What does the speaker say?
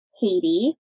Haiti